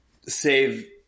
save